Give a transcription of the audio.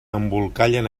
embolcallen